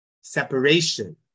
separation